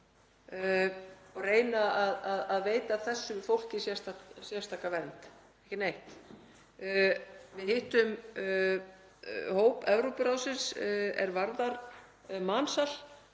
og reynir að veita þessu fólki sérstaka vernd, ekki neitt. Við hittum hóp Evrópuráðsins er varðar mansal